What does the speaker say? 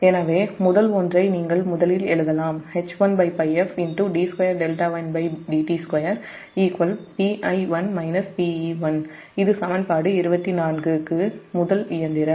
எனவே நீங்கள் முதலில் ஒன்றை எழுதலாம் இது சமன்பாடு 24 க்கு முதல் இயந்திரம்